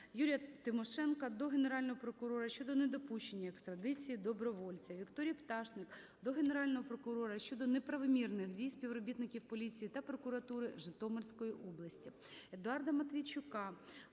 Юрія Тимошенка до Генерального прокурора щодо недопущення екстрадиції добровольця. Вікторії Пташник до Генерального прокурора щодо неправомірних дій співробітників поліції та прокуратури Житомирської області.